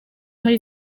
muri